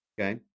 Okay